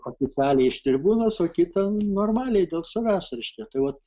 oficialiai iš tribūnos o kita normaliai dėl savęs reiškia tai vat